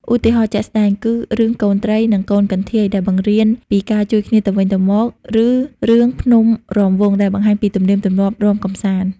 ឧទាហរណ៍ជាក់ស្ដែងគឺ រឿង កូនត្រី និងកូនកន្ធាយ ដែលបង្រៀនពីការជួយគ្នាទៅវិញទៅមក ឬរឿង ភ្នំរាំវង់ ដែលបង្ហាញពីទំនៀមទម្លាប់រាំកម្សាន្ត។